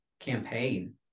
campaign